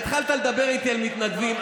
התחלת לדבר איתי על מתנדבים.